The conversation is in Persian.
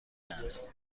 است